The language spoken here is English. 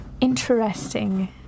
interesting